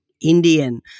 Indian